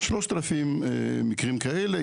3,000 מקרים כאלה,